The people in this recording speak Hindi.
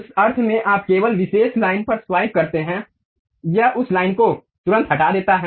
उस अर्थ में आप केवल विशेष लाइन पर स्वाइप करते हैं यह बस उस लाइन को तुरंत हटा देता है